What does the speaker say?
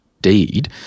deed